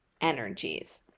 energies